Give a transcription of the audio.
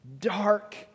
dark